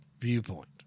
viewpoint